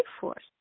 force